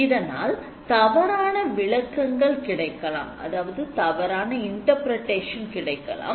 இதனால் தவறான விளக்கங்கள் கிடைக்கலாம்